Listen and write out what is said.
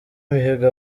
mihigo